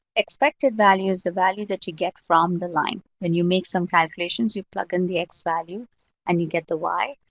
expected value is the value that you get from the line. when and you make some calculations, you plug in the x value and you get the y.